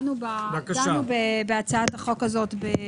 ב-16 באפריל דנו בהצעת החוק הזאת.